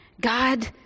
God